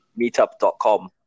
meetup.com